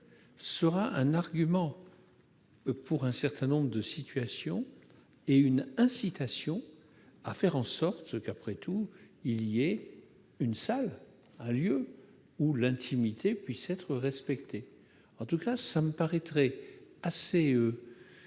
sera un argument dans un certain nombre de situations et une incitation à faire en sorte qu'il y ait une salle, un lieu où l'intimité puisse être respectée. Il me paraîtrait assez